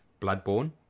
Bloodborne